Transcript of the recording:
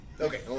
Okay